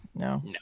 No